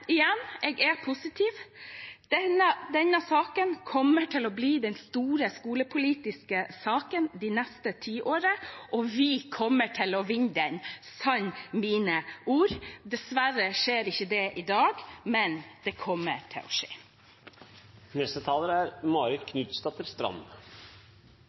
igjen, jeg er positiv. Denne saken kommer til å bli den store skolepolitiske saken det neste tiåret, og vi kommer til å vinne den, sann mine ord. Dessverre skjer ikke det i dag, men det kommer til å skje. Mange skoler er